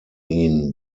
ihn